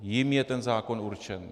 Jim je ten zákon určen.